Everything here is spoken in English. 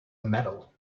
metal